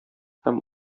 һәм